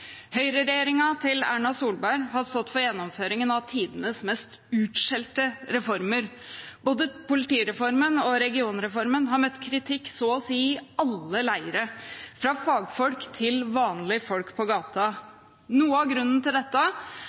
til Erna Solberg har stått for gjennomføringen av tidenes mest utskjelte reformer. Både politireformen og regionreformen har møtt kritikk i så å si alle leirer, fra fagfolk til vanlige folk på gaten. Noe av grunnen til dette